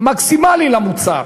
מקסימלי למוצר.